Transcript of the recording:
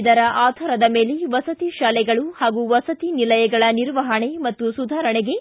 ಇದರ ಆಧಾರದ ಮೇಲೆ ವಸತಿ ತಾಲೆಗಳು ಹಾಗೂ ವಸತಿ ನಿಲಯಗಳ ನಿರ್ವಹಣೆ ಮತ್ತು ಸುಧಾರಣೆಗೆ